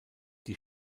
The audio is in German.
die